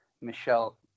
Michelle